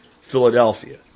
Philadelphia